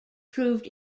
proved